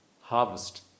harvest